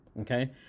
okay